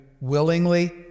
willingly